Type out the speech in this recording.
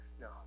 No